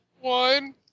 One